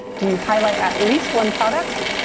do you highlight at least one product?